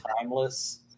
timeless